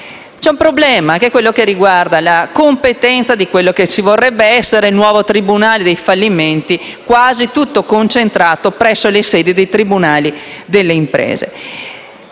C'è un problema che riguarda la competenza di quello che vorrebbe essere il nuovo tribunale dei fallimenti, quasi tutto concentrato presso le sedi dei tribunali delle imprese.